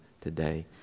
today